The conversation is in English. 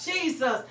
Jesus